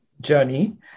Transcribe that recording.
journey